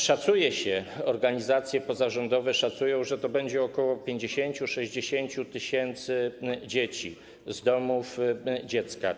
Szacuje się, organizacje pozarządowe szacują, że to będzie około 50-60 tys. dzieci z domów dziecka.